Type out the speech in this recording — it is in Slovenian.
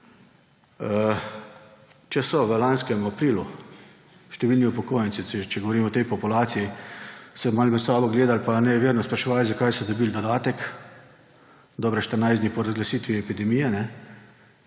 Če so se v lanskem aprilu številni upokojenci, če govorimo o tej populaciji, malo med sabo gledali in nejeverno spraševali, zakaj so dobili dodatek dobrih 14 dni po razglasitvi epidemije,